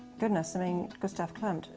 goodness, i mean gustav klimt,